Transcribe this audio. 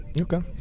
Okay